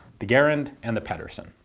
the garand and the pedersen.